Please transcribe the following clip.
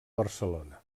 barcelona